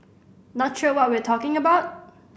not sure what we're talking about